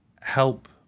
help